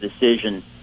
decision